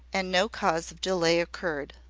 and no cause of delay occurred.